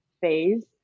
phase